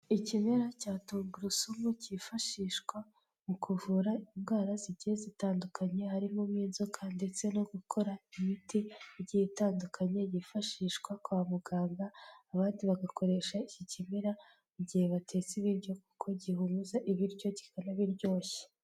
Ikimera cya tungurusumu cyifashishwa mu kuvura indwara zigiye zitandukanye, harimo n'inzoka ndetse no gukora imiti igiye itandukanye yifashishwa kwa muganga, abandi bagakoresha iki kimera mu gihe batetse ibiryo kuko gihumuza ibiryo kikanabiryoshya.